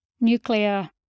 nuclear